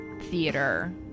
theater